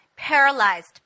Paralyzed